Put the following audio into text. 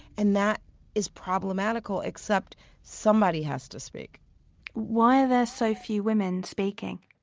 and that is problematical, except somebody has to speak why are there so few women speaking?